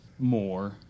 more